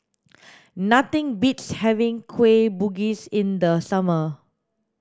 nothing beats having kueh bugis in the summer